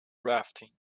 rafting